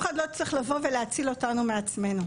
אחד לא צריך לבוא ולהציל אותנו מעצמנו.